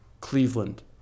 Cleveland